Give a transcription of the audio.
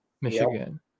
Michigan